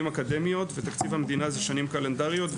אקדמיות ותקציב המדינה זה בשנים קלנדריות,